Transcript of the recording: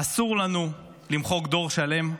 אסור לנו למחוק דור שלם.